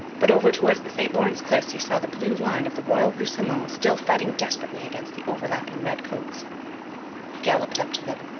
but over towards the st lawrence cliffs he saw the blue line of the royal roussillon still fighting desperately against the overlapping redcoats. he galloped up to them.